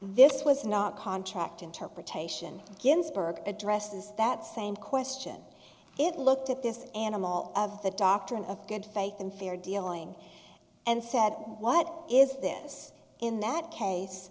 this was not contract interpretation ginsburg addresses that same question it looked at this animal of the doctrine of good faith and fair dealing and said what is this in that case